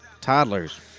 Toddlers